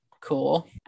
cool